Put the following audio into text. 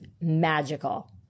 magical